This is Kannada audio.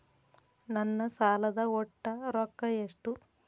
ನನ್ನ ಸಾಲದ ಒಟ್ಟ ರೊಕ್ಕ ಎಷ್ಟು?